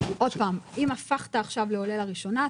אם הפכת עכשיו לעולה לראשונה,